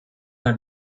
her